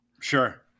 Sure